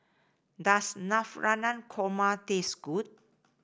does Navratan Korma taste good